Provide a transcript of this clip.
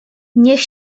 niech